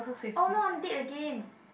oh no I'm dead again